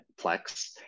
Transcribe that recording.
Plex